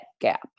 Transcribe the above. gap